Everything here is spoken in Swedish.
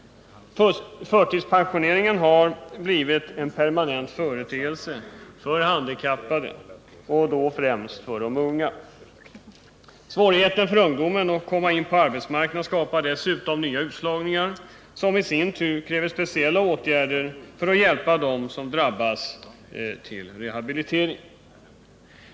Förtidspensioneringen har blivit en permanent företeelse för handikappade och då främst för de unga. Svårigheten för ungdomen att komma in på arbetsmarknaden skapar dessutom nya utslagningar, som i sin tur kräver speciella åtgärder för att hjälpa dem som drabbas till rehabilitering.